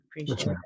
Appreciate